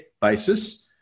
basis